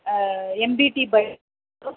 எம்பிடி road